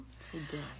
today